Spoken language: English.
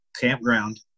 Campground